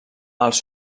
els